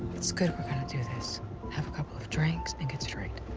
it's good we're gonna do this have a couple of drinks and get straight.